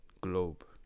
globe